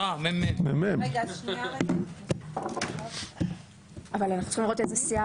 לא, אבל צריך את האישור